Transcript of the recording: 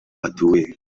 atuye